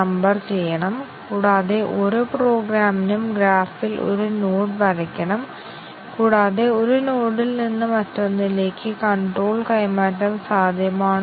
യഥാർത്ഥത്തിൽ എനിക്ക് ഇവ രണ്ടും തുല്യമായി തിരഞ്ഞെടുക്കാൻ കഴിയും ഇത് സത്യവും തെറ്റായതും തെറ്റായതും സത്യവുമാണ്